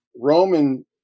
Roman